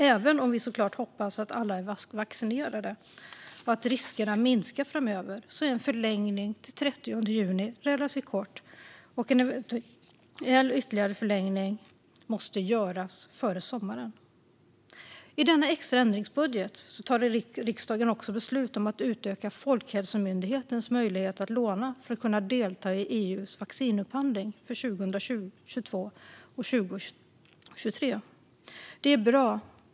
Även om vi såklart hoppas att alla är vaccinerade och att riskerna minskar framöver är en förlängning till den 30 juni relativt kort, och en eventuell ytterligare förlängning måste göras före sommaren. I denna extra ändringsbudget tar riksdagen också beslut om att utöka Folkhälsomyndighetens möjlighet att låna för att kunna delta i EU:s vaccinupphandling för 2022 och 2023. Det är bra.